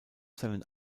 seinen